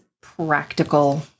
Practical